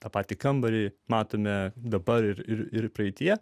tą patį kambarį matome dabar ir praeityje